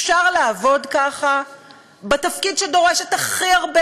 אפשר לעבוד ככה בתפקיד שדורש הכי הרבה